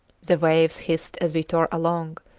the waves hissed as we tore along,